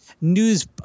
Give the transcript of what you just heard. news